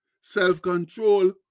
Self-control